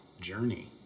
journey